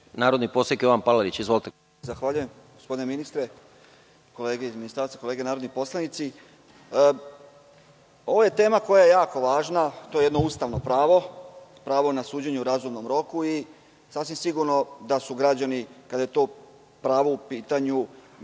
narodni poslanik Jovan Palalić. **Jovan Palalić** Zahvaljujem. Gospodine ministre, kolege iz ministarstva, kolege narodni poslanici, ovo je tema koja je jako važna, to je jedno ustavno pravo, pravo na suđenje u razumnom roku i sasvim je sigurno da su građani, kada je to pravo u pitanju,